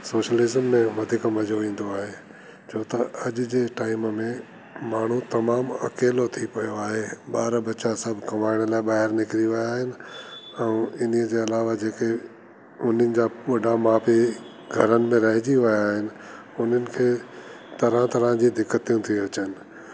socialism में वधीक मज़ो ईंदो आहे छो त अॼु जे टाइम में माण्हू तमामु अकेलो थी पियो आहे ॿार बच्चा सभु घुमाइण लाइ ॿाहिरि निकिरी विया आहिन ऐं इनजे अलावा जेके उन्हनि जा वॾा माउ पीउ घरनि में रहजी विया आहिनि उन्हनि खे तरह तरह जी दिक़तियूं थियूं अचनि